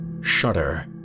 Shudder